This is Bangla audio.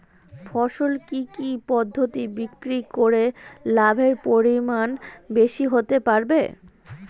ফসল কি কি পদ্ধতি বিক্রি করে লাভের পরিমাণ বেশি হতে পারবে?